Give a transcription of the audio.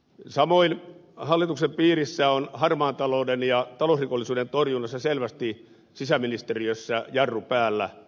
samoin hallituksen piirissä on harmaan talouden ja talousrikollisuuden torjunnassa selvästi sisäministeriössä jarru päällä